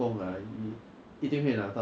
hundreds of kilometres some times